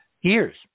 years